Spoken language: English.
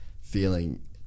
feeling